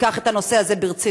תיקח את הנושא הזה ברצינות.